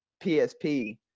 PSP